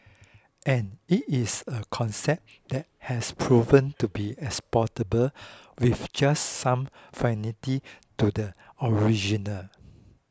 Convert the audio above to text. and it is a concept that has proven to be exportable with just some to the original